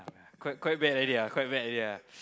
quite quite bad already ah quite bad already ah